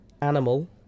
Animal